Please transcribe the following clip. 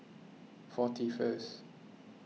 forty first